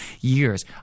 years